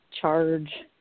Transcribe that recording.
charge